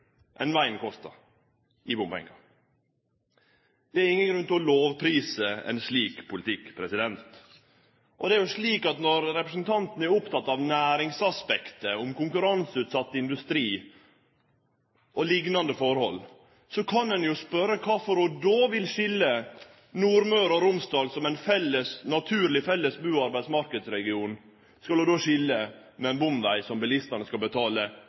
ein slik politikk. Når representanten er oppteken av næringsaspektet, konkurranseutsett industri og liknande forhold, kan ein jo spørje kvifor ho vil skilje Nordmøre og Romsdal, som er ein naturleg felles bu- og arbeidsmarknadsregion, med ein bomveg som bilistane skal betale